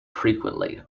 frequently